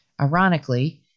Ironically